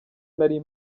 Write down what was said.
nari